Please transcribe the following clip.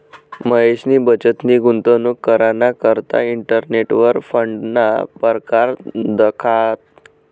महेशनी बचतनी गुंतवणूक कराना करता इंटरनेटवर फंडना परकार दखात